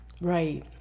Right